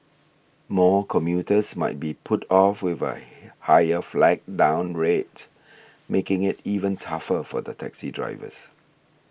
more commuters might be put off with a higher flag down rate making it even tougher for the taxi drivers